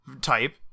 type